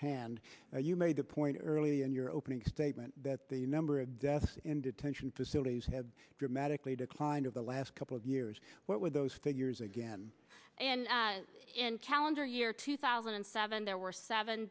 hand you made the point early in your opening statement that the number of deaths in detention facilities had dramatically declined of the last couple of years what were those figures again in calendar year two thousand and seven there were seven